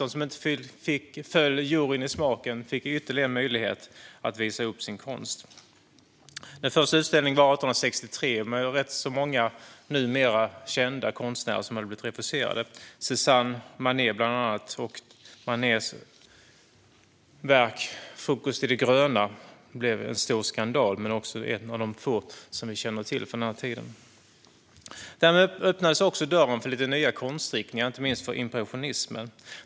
De som inte föll juryn i smaken fick ytterligare en möjlighet att visa upp sin konst. Den första utställningen var 1863, och där fanns rätt så många numera kända konstnärer som hade blivit refuserade, bland annat Cézanne och Manet. Manets Frukost i det gröna blev en stor skandal men är också ett av få verk vi känner till från den tiden. Därmed öppnades också dörren för nya konstriktningar, inte minst impressionismen.